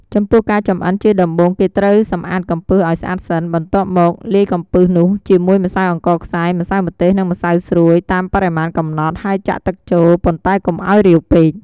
ចំពោះការចម្អិន ជាដំបូង គេត្រូវសម្អាតកំពឹសឱ្យស្អាតសិន បន្ទាប់មកលាយកំពឹសនោះជាមួយម្សៅអង្ករខ្សាយ ម្សៅម្ទេស និងម្សៅស្រួយតាមបរិមាណកំណត់ ហើយចាក់ទឹកចូល ប៉ុន្តែកុំឱ្យរាវពេក។